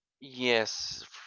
Yes